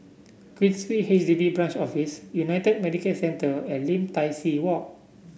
Queensway H D B Branch Office United Medicare Centre and Lim Tai See Walk